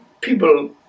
people